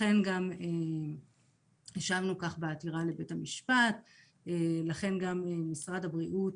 לכן גם השבנו כך בעתירה לבית המשפט ולכן גם משרד הבריאות